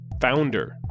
founder